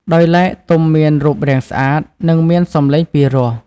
ដោយឡែកទំុមានរូបរាងស្អាត និងមានសំឡេងពីរោះ។